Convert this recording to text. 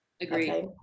Agreed